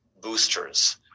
boosters